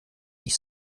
ich